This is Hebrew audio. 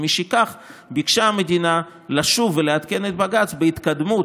ומשכך ביקשה המדינה לשוב ולעדכן את בג"ץ בהתקדמות